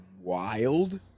wild